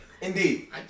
Indeed